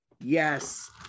yes